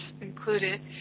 included